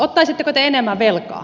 ottaisitteko te enemmän velkaa